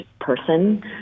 person